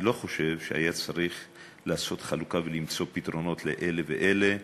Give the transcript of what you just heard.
אני לא חושב שהיה צריך לעשות חלוקה ולמצוא פתרונות לאלה ואלה.